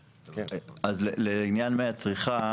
לעניין מי הצריכה